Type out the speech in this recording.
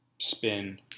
spin